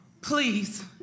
Please